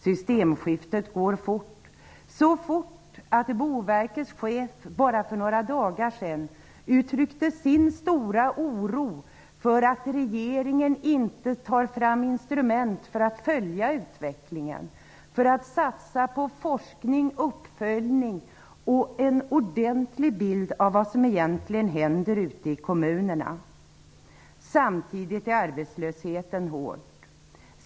Systemskiftet går fort, så fort att Boverkets chef bara för några dagar sedan uttryckte sin stora oro för att regeringen inte tar fram instrument för att följa utvecklingen, för att satsa på forskning och uppföljning och på att ge en ordentlig bild av vad som egentligen händer ute i kommunerna. Samtidigt är arbetslösheten hård.